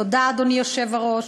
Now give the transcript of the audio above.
תודה, אדוני היושב-ראש.